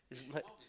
it's like